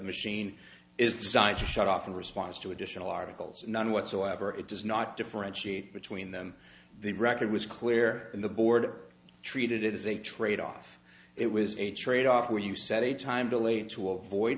machine is designed to shut off in response to additional articles none whatsoever it does not differentiate between them the record was clear and the board treated it as a trade off it was a trade off where you set a time delay to avoid